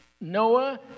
Noah